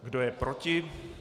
Kdo je proti?